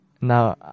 now